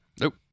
Nope